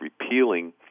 repealing